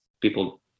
People